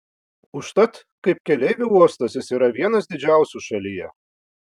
užtat kaip keleivių uostas jis yra vienas didžiausių šalyje